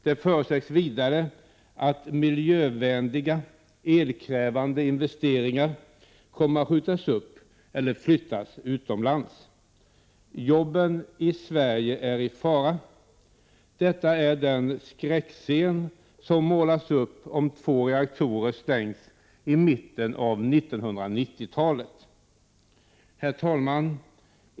Det förutsägs vidare att miljövänliga elkrävande investeringar kommer att skjutas upp eller flyttas utomlands. Jobben i Sverige är i fara. Detta är den skräckbild som målas upp om två reaktorer stängs i mitten av 1990-talet. Herr talman!